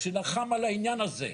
שלחם על העניין הזה.